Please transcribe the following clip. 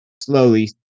slowly